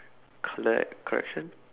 collect correction